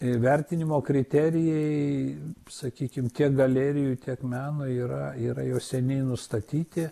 ir vertinimo kriterijai sakykim kiek galerijai tiek menui yra yra jau seniai nustatyti